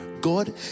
God